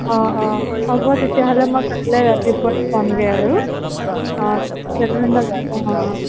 অ অ হ'ব তেতিয়াহ'লে মই কাইলৈ ৰাতিপুৱাই যামগৈ আৰু অ ঠিক আছে ধন্যবাদ অ অ